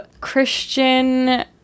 Christian